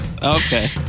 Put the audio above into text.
Okay